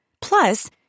Plus